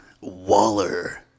Waller